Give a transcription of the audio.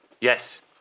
Yes